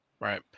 Right